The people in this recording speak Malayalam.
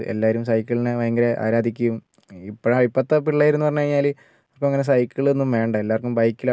എല്ലാവരും സൈക്കിളിനെ ഭയങ്കര ആരാധിക്കുകയും ഇപ്പോഴാ ഇപ്പോഴത്തെ പിള്ളേരെന്ന് പറഞ്ഞു കഴിഞ്ഞാൽ ഇപ്പോൾ അങ്ങനെ സൈക്കിളൊന്നും വേണ്ട എല്ലാവർക്കും ബൈക്കിലാണ് കാര്യം